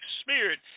spirit